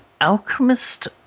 alchemist